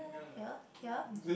here here